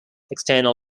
external